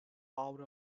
power